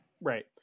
Right